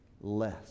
less